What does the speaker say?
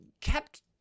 kept